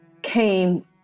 came